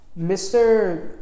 Mr